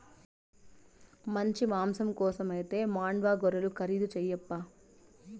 మంచి మాంసం కోసమైతే మాండ్యా గొర్రెలు ఖరీదు చేయప్పా